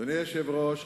אדוני היושב-ראש,